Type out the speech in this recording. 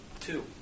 Two